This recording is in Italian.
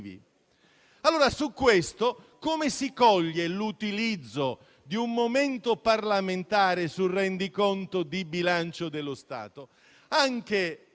effettive. Come si coglie allora l'utilizzo di un momento parlamentare sul rendiconto di bilancio dello Stato?